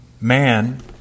man